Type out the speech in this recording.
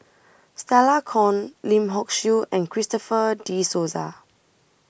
Stella Kon Lim Hock Siew and Christopher De Souza